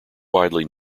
widely